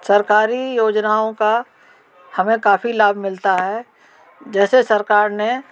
सरकारी योजनाओं का हमे काफ़ी लाभ मिलता है जैसे सरकार ने